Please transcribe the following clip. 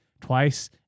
TWICE